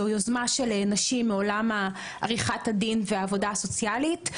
זאת יוזמה של נשים מעולם עריכת הדין והעבודה הסוציאלית.